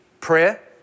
Prayer